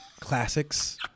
classics